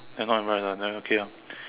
I know I'm right lah then okay ah